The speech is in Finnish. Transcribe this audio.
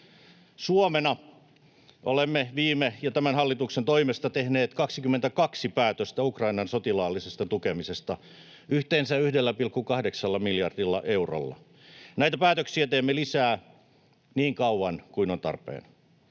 Suomena olemme viime ja tämän hallituksen toimesta tehneet 22 päätöstä Ukrainan sotilaallisesta tukemisesta, yhteensä 1,8 miljardilla eurolla. Näitä päätöksiä teemme lisää niin kauan kuin on tarpeen.